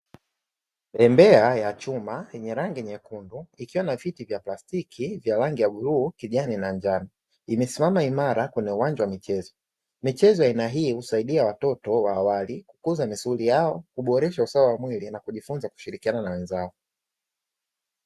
Bembea ya chuma yenye rangi nyekundu ikiwa na viti vya plastiki vya rangi ya: bluu, kijani na njano; imesimama imara kwenye uwanja wa michezo. Michezo ya aina hii husaidia watoto wa awali kukuza misuli yao, kuboresha usawa wa mwili na kujifunza kushirikiana na wenzao.